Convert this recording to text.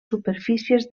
superfícies